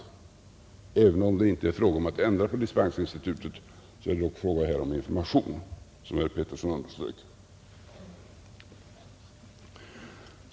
Även om det inte är fråga om att ändra på dispensinstitutet är det dock fråga om information, som herr Pettersson i Visby underströk.